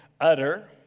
utter